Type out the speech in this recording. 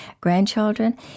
grandchildren